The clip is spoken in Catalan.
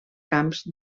camps